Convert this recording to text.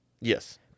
Yes